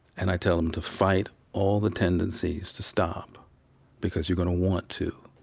and i tell them to fight all the tendencies to stop because you are going to want to.